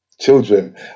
Children